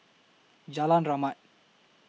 Jalan Rahmat